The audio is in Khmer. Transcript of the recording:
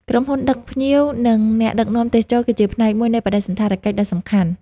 ក្រុមហ៊ុនដឹកភ្ញៀវ និងអ្នកដឹកនាំទេសចរគឺជាផ្នែកមួយនៃបដិសណ្ឋារកិច្ចដ៏សំខាន់។